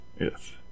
Yes